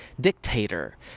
dictator